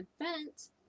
event